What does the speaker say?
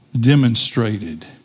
demonstrated